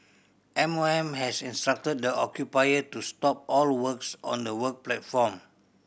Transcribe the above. M O M has instructed the occupier to stop all works on the work platform